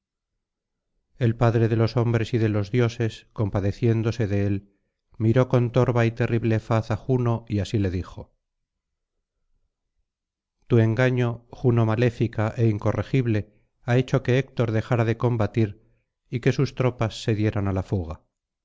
el padre de los hombres y de los dioses compadeciéndose de él miró con torva y terrible faz á juno y así le dijo tu engaño juno maléfica é incorregible ha hecho que héctor dejara de combatir y que sus tropas se dieran á la fuga